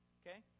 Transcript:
okay